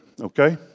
okay